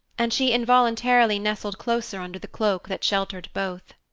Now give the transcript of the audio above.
and she involuntarily nestled closer under the cloak that sheltered both.